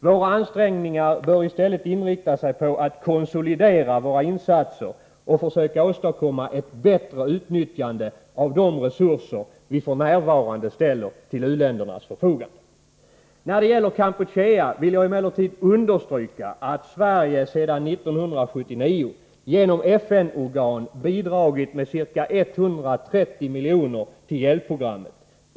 Våra ansträngningar bör i stället inriktas på att konsolidera våra insatser och försöka åstadkomma ett bättre utnyttjande av de resurser vi f.n. ställer till u-ländernas förfogande. När det gäller Kampuchea vill jag emellertid understryka att Sverige sedan 1979 genom FN-organ bidragit med ca 130 miljoner till hjälpprogrammet.